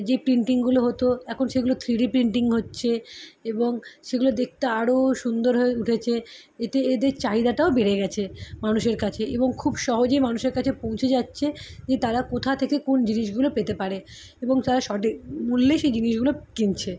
যে প্রিন্টিংগুলো হতো এখন সেগুলো থ্রি ডি প্রিন্টিং হচ্ছে এবং সেগুলো দেখতে আরও সুন্দর হয়ে উঠেছে এতে এদের চাহিদাটাও বেড়ে গিয়েছে মানুষের কাছে এবং খুব সহজেই মানুষের কাছে পৌঁছে যাচ্ছে যে তারা কোথা থেকে কোন জিনিসগুলো পেতে পারে এবং তারা সঠিক মূল্যে সেই জিনিসগুলো কিনছে